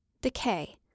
Decay